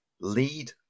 lead